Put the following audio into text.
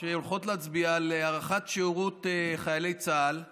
שהן הולכות להצביע על הארכת שירות חיילי צה"ל בחודשיים.